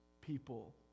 people